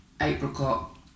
apricot